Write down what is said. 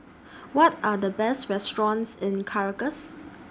What Are The Best restaurants in Caracas